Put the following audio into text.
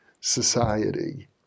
society